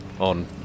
on